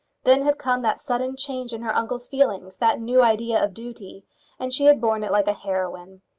then had come that sudden change in her uncle's feelings that new idea of duty and she had borne it like a heroine.